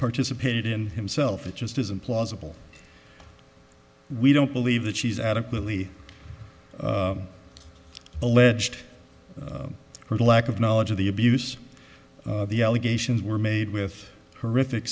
participated in himself it just isn't plausible we don't believe that she's adequately alleged or the lack of knowledge of the abuse the allegations were made with her if